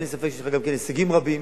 אין לי ספק שיש לך גם הישגים רבים,